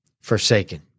forsaken